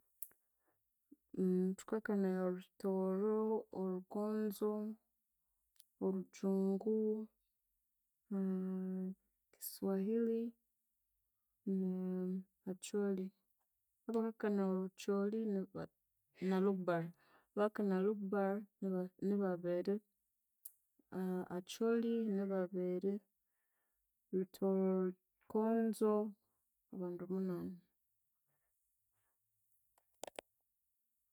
thukakanaya olhutoro, olhukonzo, olhujungu, kiswahili, Acholi, abakakanaya olhucholi, niba Lugbar, abakakanaya Lugbar ni babiri, Acholi ni babiri Rutoro lhukonzo ni bandu munani